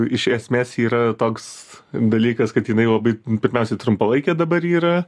iš esmės yra toks dalykas kad jinai labai pirmiausia trumpalaikė dabar yra